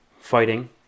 Fighting